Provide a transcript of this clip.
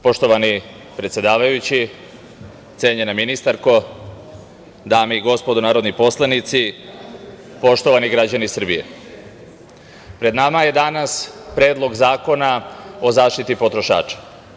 Poštovani predsedavajući, cenjena ministarko, dame i gospodo narodni poslanici, poštovani građani Srbije, pred nama je danas Predlog zakona o zaštiti potrošača.